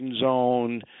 zone